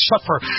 Suffer